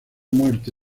muerte